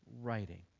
writing